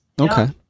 Okay